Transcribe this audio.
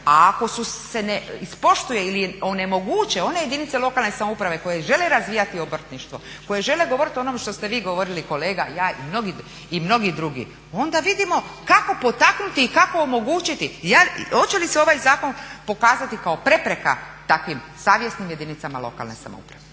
A ako se ne ispoštuje ili onemoguće one jedinice lokalne samouprave koje žele razvijati obrtništvo, koje žele govoriti o onom o čemu ste vi govorili kolega, ja i mnogi drugi onda vidimo kako potaknuti i kako omogućiti. Oče li se ovaj zakon pokazati kao prepreka takvim savjesnim jedinicama lokalne samouprave?